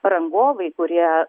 rangovai kurie